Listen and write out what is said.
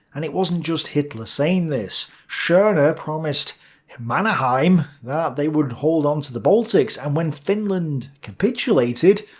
and it wasn't just hitler saying this. schorner promised mannerheim that they would hold on to the baltics. and when finland capitulated,